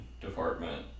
department